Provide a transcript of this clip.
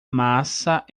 massa